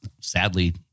sadly